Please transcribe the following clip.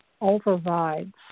overrides